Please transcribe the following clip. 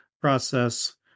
process